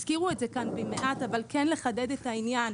הזכירו את זה כאן במעט אבל כן לחדד את העניין.